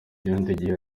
nyirandegeya